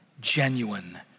genuine